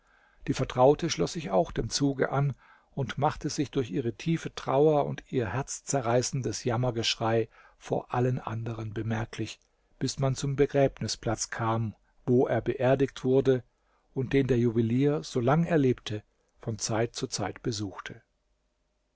die vertraute schloß sich auch dem zuge an und machte sich durch ihre tiefe trauer und ihr herzzerreißendes jammergeschrei vor allen anderen bemerklich bis man zum begräbnisplatz kam wo er beerdigt wurde und den der juwelier so lang er lebte von zeit zu zeit besuchte